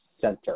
center